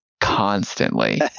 constantly